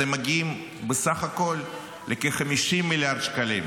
אתם מגיעים בסך הכול לכ-50 מיליארד שקלים.